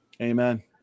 Amen